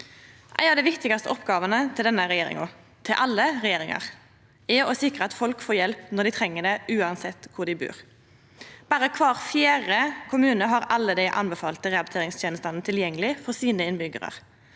Ei av dei viktigaste oppgåvene til denne regjeringa, til alle regjeringar, er å sikra at folk får hjelp når dei treng det, uansett kvar dei bur. Berre kvar fjerde kommune har alle dei anbefalte rehabiliteringstenestene tilgjengelege for innbyggjarane